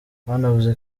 banavuze